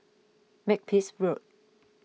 Makepeace Road